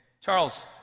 Charles